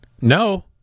No